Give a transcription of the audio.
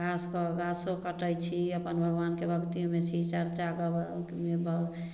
घासके घासो कटै छी अपन भगवानके भक्तियो शिव चर्चा मे बऽ